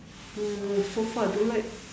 mm so far I don't like